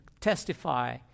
testify